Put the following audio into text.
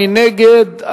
מי נגד?